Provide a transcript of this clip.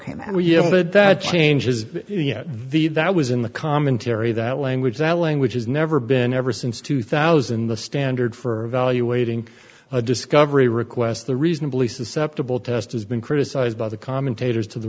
yielded that changes the that was in the commentary that language that language has never been ever since two thousand the standard for evaluating a discovery request the reasonably susceptible test has been criticized by the commentators to the